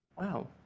Wow